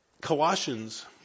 Colossians